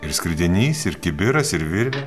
ir skridinys ir kibiras ir virvė